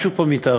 משהו פה מתערער.